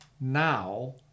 now